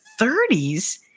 30s